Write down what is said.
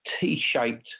t-shaped